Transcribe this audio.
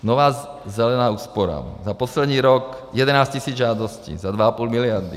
Nová Zelená úsporám za poslední rok 11 tisíc žádostí za 2,5 miliardy.